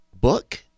book